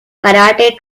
karate